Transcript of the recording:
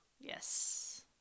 Yes